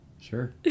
Sure